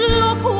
look